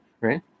right